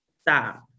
Stop